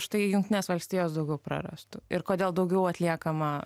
štai jungtinės valstijos daugiau prarastų ir kodėl daugiau atliekama